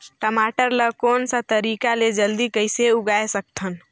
टमाटर ला कोन सा तरीका ले जल्दी कइसे उगाय सकथन?